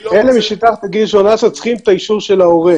אלה שמתחת לגיל 18 צריכים את האישור של ההורה.